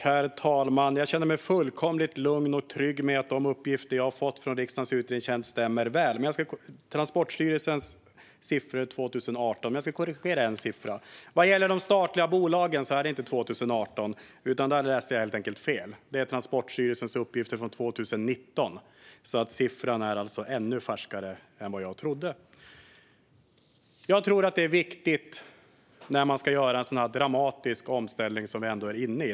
Herr talman! Jag känner mig fullkomligt lugn och trygg med att de uppgifter jag har fått från riksdagens utredningstjänst stämmer väl - Transportstyrelsens siffror för 2018. Men jag ska korrigera en siffra. Vad gäller de statliga bolagen är det inte 2018. Där läste jag helt enkelt fel. Det är Transportstyrelsens uppgifter från 2019. Siffran är alltså ännu färskare än vad jag trodde. Jag tror att detta är viktigt när man ska göra en så dramatisk omställning som vi ändå är inne i.